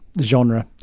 genre